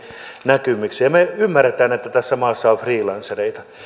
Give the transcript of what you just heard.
näkemyksin ja me ymmärrämme että tässä maassa on freelancereita